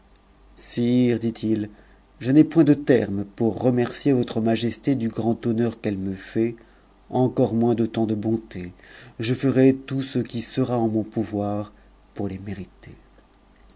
je n'ai point de termes pour remercier votre majesté du grand honneur qu'elle me ait encore moins de tant de bontés je ferai tout ce qui sera en mon pouvoir pour les mériter